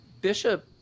Bishop